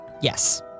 yes